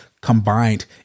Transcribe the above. combined